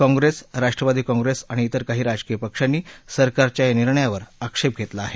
काँग्रेस राष्ट्रवादी काँग्रेस आणि इतर काही राजकीय पक्षांनी सरकारच्या या निर्णयावर आक्षेप घेतला आहे